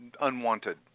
unwanted